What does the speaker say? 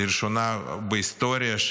לראשונה בהיסטוריה,